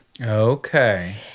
okay